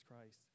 Christ